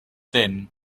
thin